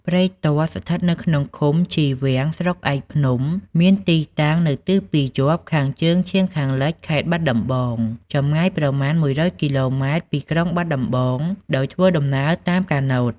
ព្រែកទាល់ស្ថិតនៅក្នុងឃុំកោះជីវាំងស្រុកឯកភ្នំមានទីតាំងនៅទិសពាយព្យ ខាងជើងឈៀងខាងលិច ខេត្តបាត់ដំបង ចម្ងាយប្រមាណ ១០០គីឡូម៉ែត្រពីក្រុងបាត់ដំបង ដោយធ្វើដំណើរតាមកាណូត។